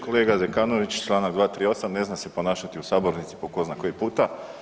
Kolega Zekanović čl. 238. ne zna se ponašati u sabornici po ko zna koji puta.